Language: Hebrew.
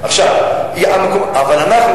אבל אנחנו,